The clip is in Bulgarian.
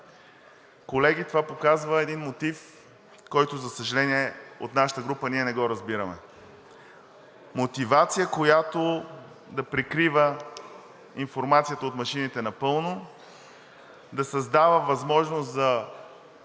Колеги, това показва един мотив, който, за съжаление, от нашата група ние не го разбираме. Мотивация, която да прикрива информацията от машините напълно. Да създава възможност за